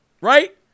right